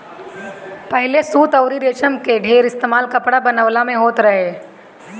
पहिले सूत अउरी रेशम कअ ढेर इस्तेमाल कपड़ा बनवला में होत रहे